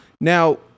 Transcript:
Now